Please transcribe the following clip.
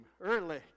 early